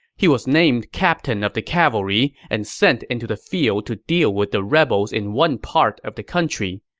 he was named captain of the cavalry and sent into the field to deal with the rebels in one part of the country.